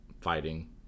fighting